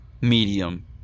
medium